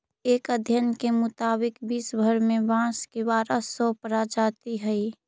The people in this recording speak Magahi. एक अध्ययन के मुताबिक विश्व भर में बाँस के बारह सौ प्रजाति हइ